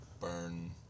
burn